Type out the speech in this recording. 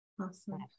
Awesome